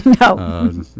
No